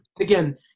Again